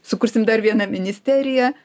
sukursim dar vieną ministeriją